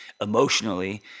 emotionally